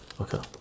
okay